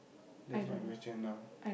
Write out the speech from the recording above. that's my question now